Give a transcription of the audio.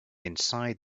inside